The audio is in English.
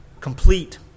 complete